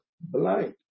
blind